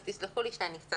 אז תסלחו לי שאני מקריאה.